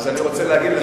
אז אני רוצה להגיד לך,